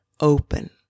open